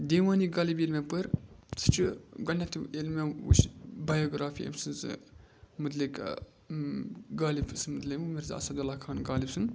دیوانِ غالب ییٚلہِ مےٚ پٔر سُہ چھُ گۄڈنٮ۪تھ ییٚلہِ مےٚ وُچھ بیوگرافی أمۍ سٕنٛز مُتعلِق غالب سٔنٛز مطلق مرزا اسدُ اللہ خان غالب سُنٛد